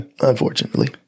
Unfortunately